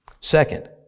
Second